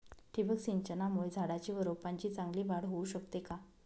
ठिबक सिंचनामुळे झाडाची व रोपांची चांगली वाढ होऊ शकते का?